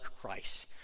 Christ